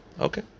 Okay